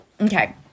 Okay